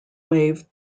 wave